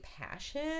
passion